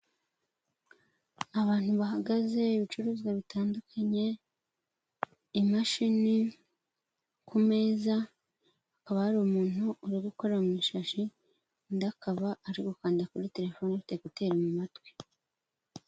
Abantu bahagaze, ibicuruzwa bitandukanye, imashini ku meza, hakaba hari umuntu uri gukora mu ishashi undi akaba ari gukanda kuri telefonete afite kuteri mu matwi.